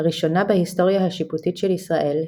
לראשונה בהיסטוריה השיפוטית של ישראל,